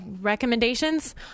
recommendations